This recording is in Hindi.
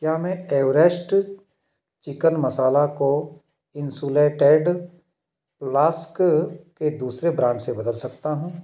क्या मैं एवरेस्ट चिकन मसाला को इंसुलेटेड लास्क के दूसरे ब्रांड से बदल सकता हूँ